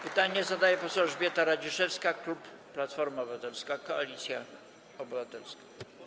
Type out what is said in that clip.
Pytanie zadaje poseł Elżbieta Radziszewska, klub Platforma Obywatelska - Koalicja Obywatelska.